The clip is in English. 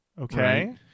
okay